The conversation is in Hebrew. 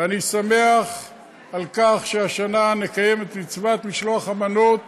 ואני שמח על כך שהשנה נקיים את מצוות משלוח המנות